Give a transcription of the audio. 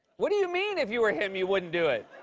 what do you mean if you were him, you wouldn't do it?